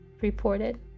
Reported